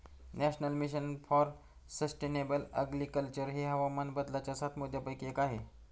national mission for sustainable agriculture हे हवामान बदलाच्या सात मुद्यांपैकी एक आहे